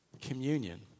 communion